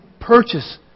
purchase